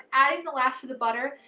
adding the last of the butter,